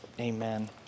amen